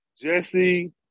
Jesse